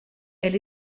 elle